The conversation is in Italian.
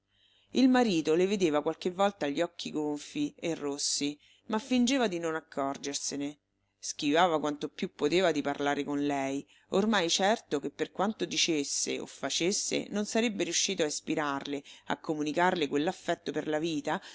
il marito le vedeva qualche volta gli occhi gonfi e rossi ma fingeva di non accorgersene schivava quanto più poteva di parlare con lei ormai certo che per quanto dicesse o facesse non sarebbe riuscito a ispirarle a comunicarle quell'affetto per la vita